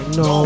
no